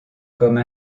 comme